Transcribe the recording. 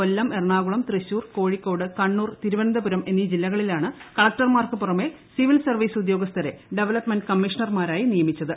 കൊല്ലം എറണാകുളം തൃശൂർ കോഴിക്കോട് കണ്ണൂർ തിരുവനന്തപുരം എന്നീ ജില്ലകളിലാണ് കളക്ടർമാർക്ക് പുറമെ സിവിൽ സർവ്വീസ് ഉദ്യോഗസ്ഥരെ ഡവലപ്മെന്റ് കമ്മീഷണർമാരായി നിയമിച്ചത്